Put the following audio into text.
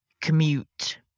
commute